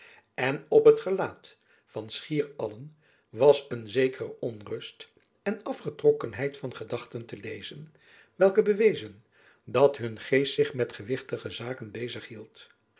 en op het gelaat van schier allen was een zekere onrust en afgetrokkenheid van gedachten te lezen welke bewezen dat hun geest zich met gewichtige zaken bezig hield